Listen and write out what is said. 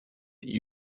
die